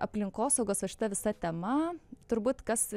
aplinkosaugos va šita visa tema turbūt kas